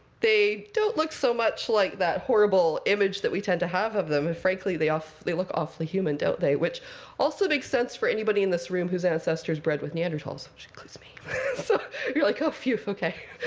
they don't look so much like that horrible image that we tend to have of them. and frankly, they look awfully human, don't they, which also makes sense for anybody in this room whose ancestors bred with neanderthals which includes me. so you're like, oh, phew, ok.